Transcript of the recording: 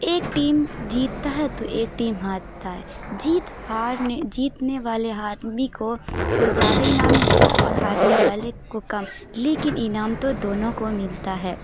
ایک ٹیم جیتتا ہے تو ایک ٹیم ہارتا ہے جیت ہار نے جیتنے والے ہادمی کو کچھ زیادہ انعام ملتا ہے اور ہارنے والے کو کم لیکن انعام تو دونوں کو ملتا ہے